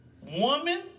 woman